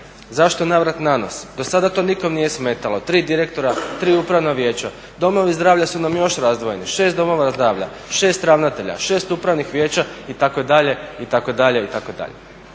Zašto navrat na nos? Dosada to nikom nije smetalo, 3 direktora, 3 upravna vijeća. Domovi zdravlja su nam još razdvojeni, 6 domova zdravlja, 6 ravnatelja, 6 upravnih vijeća itd.